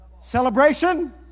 celebration